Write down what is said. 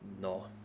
No